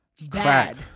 bad